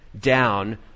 down